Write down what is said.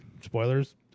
spoilers